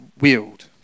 wield